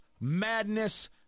madness